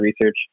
research